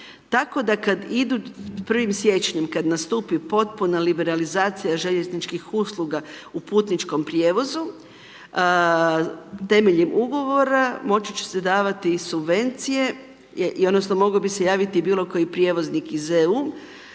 tako da kad idu 1. siječnja, kad nastupi potpuna liberalizacija željezničkih usluga u putničkom prijevozu, temeljem ugovora, moći će se davati i subvencije odnosno moglo bi se javiti i bilokoji prijevoznik iz EU